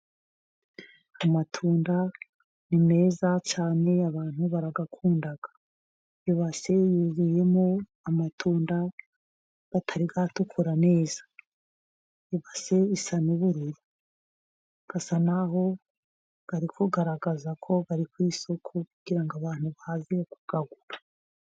Amatunda ni meza cyane abantu barayakunda, ibase yuzuyemo amatunda atari yatukura neza, ibase isa n'ubururu, asa naho bari kugaragaza ko bari ku isoko kugira ngo abantu baze kuyagura.